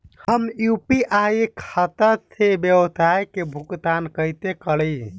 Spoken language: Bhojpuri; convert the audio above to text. हम यू.पी.आई खाता से व्यावसाय के भुगतान कइसे करि?